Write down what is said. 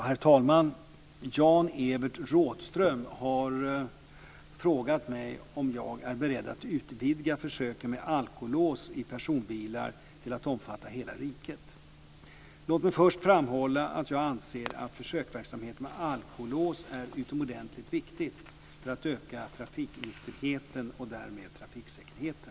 Herr talman! Jan-Evert Rådhström har frågat mig om jag är beredd att utvidga försöken med alkolås i personbilar till att omfatta hela riket. Låt mig först framhålla att jag anser att försöksverksamheten med alkolås är utomordentligt viktig för att öka trafiknykterheten och därmed trafiksäkerheten.